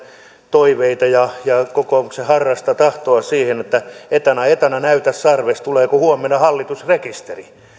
toiveita ja kokoomuksen harrasta tahtoa että etana etana näytä sarvesi tuleeko huomenna hallitusrekisteri